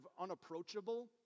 unapproachable